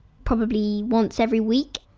probably once every week.